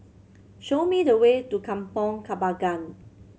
show me the way to Kampong Kembangan